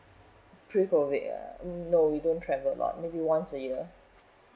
pre COVID ah mm no we don't travel lot maybe once a year